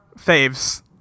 faves